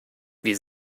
wir